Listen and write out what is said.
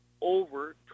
over